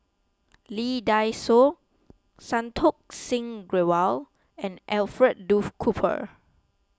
Lee Dai Soh Santokh Singh Grewal and Alfred Duff Cooper